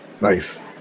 Nice